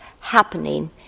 happening